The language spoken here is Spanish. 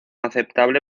aceptable